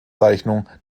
zeichnung